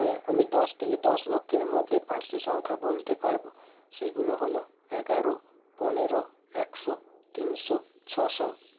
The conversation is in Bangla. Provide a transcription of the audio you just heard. হ্যাঁ আমি দশ থেকে দশ লক্ষের মধ্যে পাঁচটি সংখ্যা বলতে পারব সেগুলো হল এগারো পনেরো একশো তিনশো ছশো